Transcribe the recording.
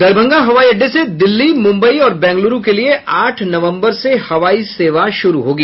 दरभंगा हवाई अड्डे से दिल्ली मुम्बई और बेंगलुरू के लिए आठ नवम्बर से हवाई सेवा शुरू होगी